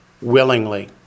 willingly